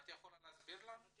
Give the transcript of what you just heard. את יכולה להסביר לנו?